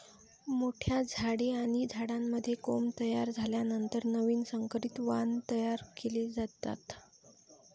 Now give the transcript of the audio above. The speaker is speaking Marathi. मोठ्या झाडे आणि झाडांमध्ये कोंब तयार झाल्यानंतर नवीन संकरित वाण तयार केले जातात